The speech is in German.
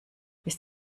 ist